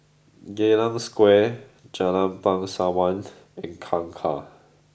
Geylang Square Jalan Bangsawan and Kangkar